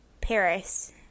Paris